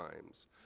times